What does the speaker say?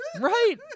Right